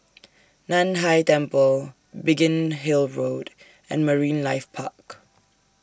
NAN Hai Temple Biggin Hill Road and Marine Life Park